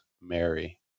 Mary